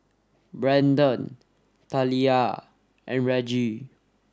Branden Taliyah and Reggie